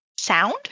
Sound